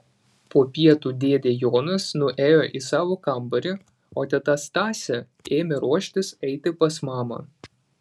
po pietų dėdė jonas nuėjo į savo kambarį o teta stasė ėmė ruoštis eiti pas mamą